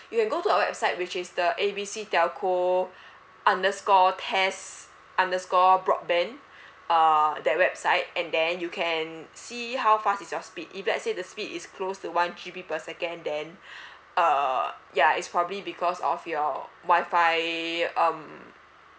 you can go to our website which is the A B C telco underscore test underscore broadband uh that website and then you can see how fast is your speed if let's say the speed is close to one G_B per second then uh ya it's probably because of your wi-fi um